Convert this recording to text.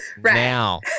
now